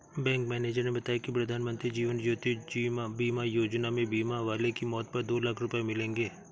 bank manager ने बताया कि प्रधानमंत्री जीवन ज्योति बीमा योजना में बीमा वाले की मौत पर दो लाख रूपये मिलेंगे